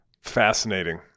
Fascinating